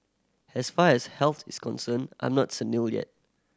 as far as health is concerned I'm not senile yet